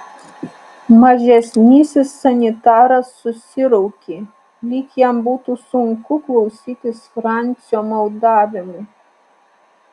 mažesnysis sanitaras susiraukė lyg jam būtų sunku klausytis francio maldavimų